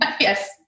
Yes